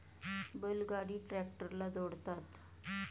बैल गाडी ट्रॅक्टरला जोडतात